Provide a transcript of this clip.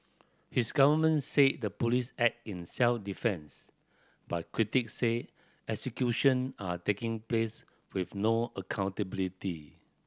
his government say the police act in self defence but critics say executions are taking place with no accountability